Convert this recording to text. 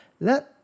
Let